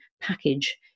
package